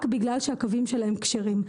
רק בגלל שהקווים שלהם כשרים.